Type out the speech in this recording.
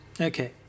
Okay